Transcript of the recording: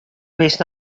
bist